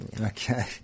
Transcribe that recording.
Okay